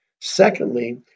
Secondly